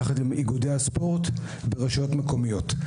יחד עם איגודי הספורט ורשויות מקומיות.